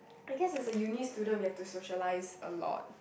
I guess as a uni student we have to socialise a lot